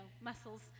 muscles